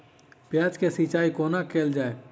प्याज केँ सिचाई कोना कैल जाए?